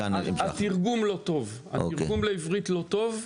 התרגום לעברית לא טוב.